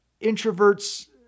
introverts